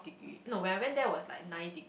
degree no when I went there it was like nine degree